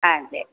ஆ சரி